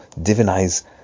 divinize